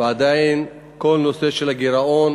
ועדיין כל הנושא של הגירעון